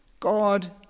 God